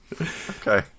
Okay